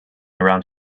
around